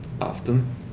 Often